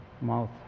mouth